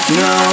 no